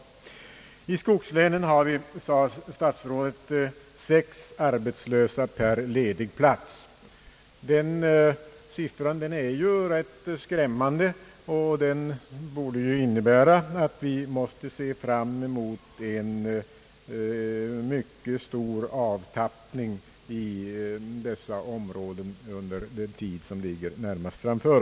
I skogslänen har vi, sade statsrådet, sex arbetslösa per ledig plats. Den siffran är ju rätt skrämmande och borde innebära att vi måste se fram mot en mycket stor avtappning i dessa områden under den närmaste framtiden.